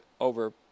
over